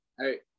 hey